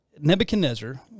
Nebuchadnezzar